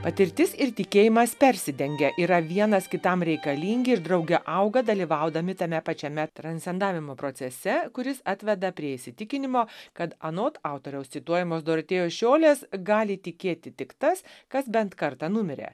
patirtis ir tikėjimas persidengia yra vienas kitam reikalingi ir drauge auga dalyvaudami tame pačiame trancendavimo procese kuris atveda prie įsitikinimo kad anot autoriaus cituojamas dorotėjos šiolės gali tikėti tik tas kas bent kartą numirė